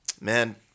man